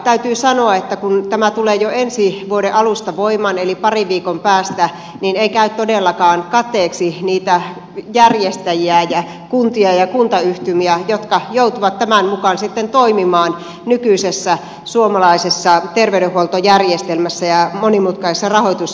täytyy sanoa että kun tämä tulee jo ensi vuoden alusta voimaan eli parin viikon päästä niin ei käy todellakaan kateeksi niitä järjestäjiä ja kuntia ja kuntayhtymiä jotka joutuvat tämän mukaan sitten toimimaan nykyisessä suomalaisessa terveydenhuoltojärjestelmässä ja monimutkaisessa rahoitusjärjestelmässä